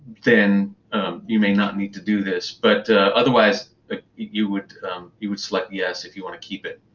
then you may not need to do this. but otherwise but you would you would select yes, if you want to keep it.